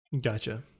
Gotcha